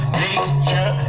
nature